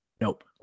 Nope